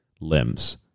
limbs